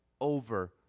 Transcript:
over